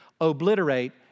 obliterate